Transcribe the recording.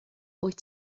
wyt